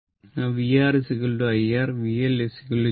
അതിനാൽ vR IR VL j I XL